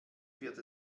wird